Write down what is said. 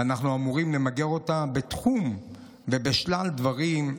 ואנחנו אמורים למגר אותה בתחום ובשלל דברים,